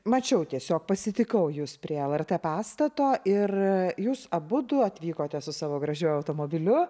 mačiau tiesiog pasitikau jus prie lrt pastato ir jūs abudu atvykote su savo gražiu automobiliu